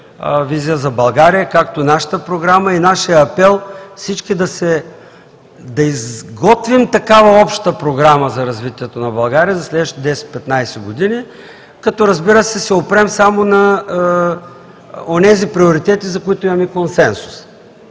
„Визия за България“, като нашата програма и нашият апел е всички да изготвим такава обща програма за развитието на България за следващите 10 – 15 години, като, разбира се, се опрем само на онези приоритети, за които имаме консенсус.